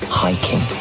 hiking